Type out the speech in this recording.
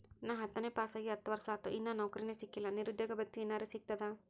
ನಾ ಹತ್ತನೇ ಪಾಸ್ ಆಗಿ ಹತ್ತ ವರ್ಸಾತು, ಇನ್ನಾ ನೌಕ್ರಿನೆ ಸಿಕಿಲ್ಲ, ನಿರುದ್ಯೋಗ ಭತ್ತಿ ಎನೆರೆ ಸಿಗ್ತದಾ?